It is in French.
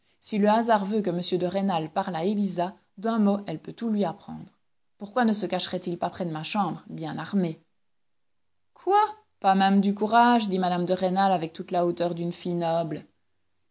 si le hasard veut que m de rênal parle à élisa d'un mot elle peut tout lui apprendre pourquoi ne se cacherait il pas près de ma chambre bien armé quoi pas même du courage dit mme de rênal avec toute la hauteur d'une fille